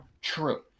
true